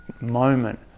moment